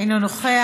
אינו נוכח.